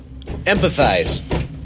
Empathize